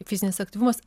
fizinis aktyvumas